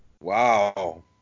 Wow